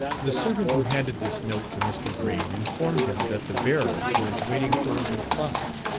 the servant who handed this note to mr. green, informed him that the bearer was waiting for a reply.